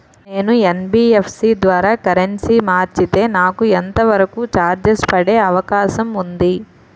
నేను యన్.బి.ఎఫ్.సి ద్వారా కరెన్సీ మార్చితే నాకు ఎంత వరకు చార్జెస్ పడే అవకాశం ఉంది?